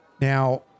Now